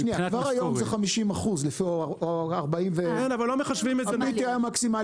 שנייה, כבר היום זה 50%, ה-PTI המקסימלי.